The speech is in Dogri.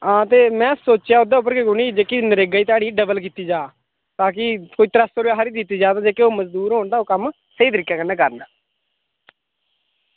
हां ते मैं सोचेआ ओहदे उप्पर गै क्यूं नि जेह्की नरेगा दी ध्याड़ी डबल कीती जा ता कि कोई त्रै सौ रपेआ हारी दित्ती जा ता जेह्के ओह् मजदूर होन तां ओह् कम्म स्हेई तरीके कन्नै करन